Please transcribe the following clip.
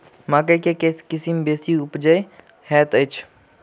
मकई केँ के किसिम बेसी उपजाउ हएत अछि?